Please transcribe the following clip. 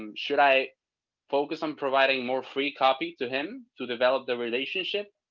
um should i focus on providing more free copy to him to develop the relationship,